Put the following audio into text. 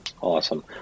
Awesome